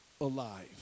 alive